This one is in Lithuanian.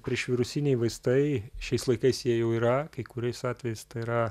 priešvirusiniai vaistai šiais laikais jie jau yra kai kuriais atvejais tai yra